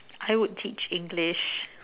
I would teach English